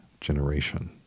generation